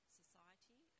society